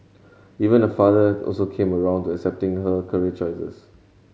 even her father also came round to accepting her career choices